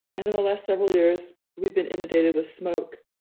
and in the last several years, we've been inundated with smoke,